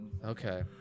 Okay